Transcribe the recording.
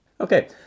Okay